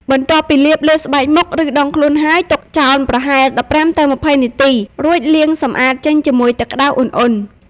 បន្ទាប់ពីលាបលើស្បែកមុខ ឬដងខ្លួនហើយ ទុកចោលប្រហែល ១៥ ទៅ ២០ នាទី រួចលាងសម្អាតចេញជាមួយទឹកក្តៅឧណ្ហៗ។